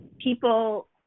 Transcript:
people